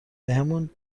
بهمون